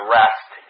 rest